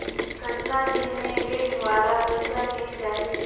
कतना दिन मे ऋण वाला पइसा मिल जाहि?